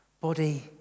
body